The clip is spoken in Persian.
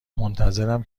منتظرم